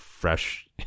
fresh